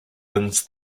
wins